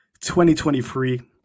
2023